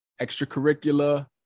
extracurricular